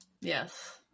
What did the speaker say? Yes